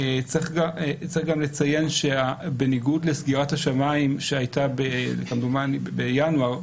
צריך גם לציין שבניגוד לסגירת השמים שהייתה בינואר,